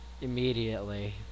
immediately